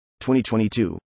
2022